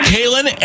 Kaylin